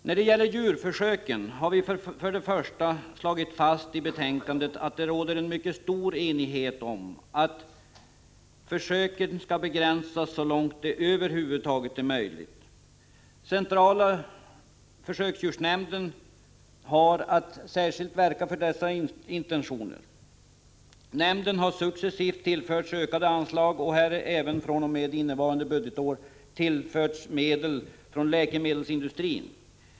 När det gäller djurförsöken har vi i betänkandet för det första slagit fast att det råder en mycket bred enighet om att försöken skall begränsas så långt det över huvud taget är möjligt. Centrala försöksdjursnämnden har att särskilt verka för dessa intentioner. Nämnden har successivt tillförts ökade anslag och har även fr.o.m. innevarande budgetår tillförts medel från läkemedelsindustrin.